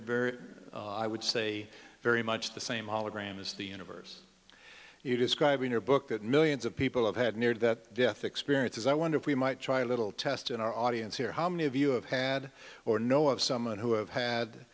very i would say very much the same hologram as the universe you describe in your book that millions of people have had near that death experiences i wonder if we might try a little test in our audience here how many of you have had or know of someone who have had